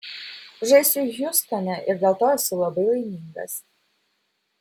žaisiu hjustone ir dėl to esu labai laimingas